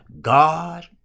God